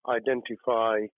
Identify